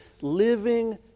living